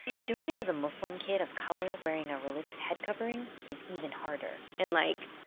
but doing it as a muslim kid of color wearing a religious head covering is even harder and, like,